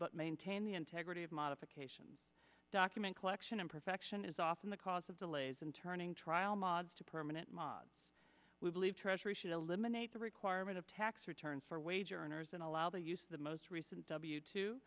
but maintain the integrity of modification document collection and perfection is often the cause of delays in turning trial mods to permanent mog we believe treasury should eliminate the requirement of tax returns for wage earners and allow the use of the most recent w t